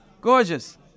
Gorgeous